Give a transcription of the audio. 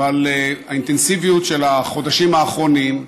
אבל האינטנסיביות של החודשים האחרונים,